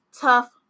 tough